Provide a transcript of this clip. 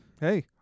hey